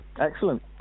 Excellent